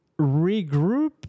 regroup